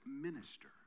minister